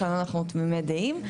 כאן אנחנו תמימי דעים.